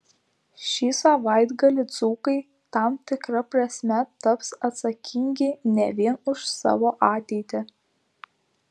šį savaitgalį dzūkai tam tikra prasme taps atsakingi ne vien už savo ateitį